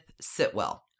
Sitwell